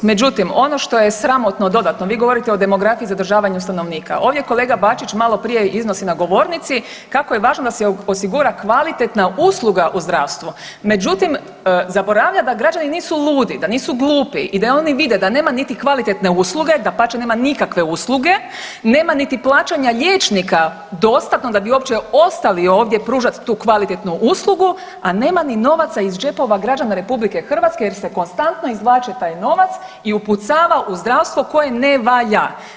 Međutim, ono što je sramotno dodatno, vi govorite o demografiji i zadržavanju stanovnika, ovdje kolega Bačić maloprije iznosi na govornici kako je važno da se osigura kvalitetna usluga u zdravstvu, međutim zaboravlja da građani nisu ludi, da nisu glupi i da oni vide da nema niti kvalitetne usluge, dapače nema nikakve usluge, nema niti plaćanja liječnika dostatno da bi uopće ostali ovdje pružat tu kvalitetnu uslugu, a nema ni novaca iz džepova građana RH jer se konstantno izvlači taj novac i upucava u zdravstvo koje ne valja.